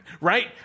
right